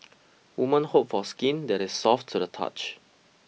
woman hope for skin that is soft to the touch